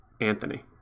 Anthony